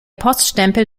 poststempel